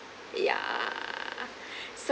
ya so